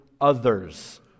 others